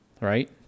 right